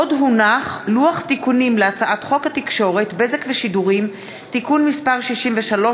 לוח תיקונים להצעת חוק התקשורת (בזק ושידורים) (תיקון מס' 63),